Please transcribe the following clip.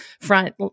front